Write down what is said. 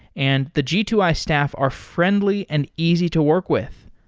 and the g two i staff are friendly and easy to work with.